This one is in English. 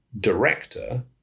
director